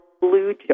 blue